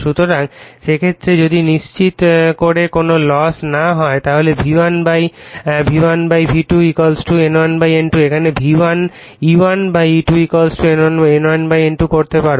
সুতরাং সেক্ষেত্রে যদি নিশ্চিত করে কোন লস না হয় তাহলে V1 V1 V2 N1 N2 এখানে E1 E2 N1 N2 করতে পারো